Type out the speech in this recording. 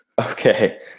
Okay